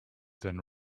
than